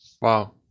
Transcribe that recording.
Wow